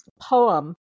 poem